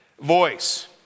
voice